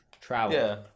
travel